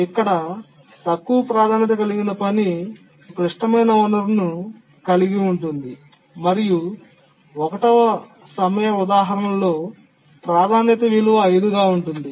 ఇక్కడ తక్కువ ప్రాధాన్యత కలిగిన పని క్లిష్టమైన వనరును కలిగి ఉంటుంది మరియు ఒకటవ సమయ ఉదాహరణలో ప్రాధాన్యత విలువ 5 గా ఉంటుంది